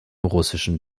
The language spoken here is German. russischen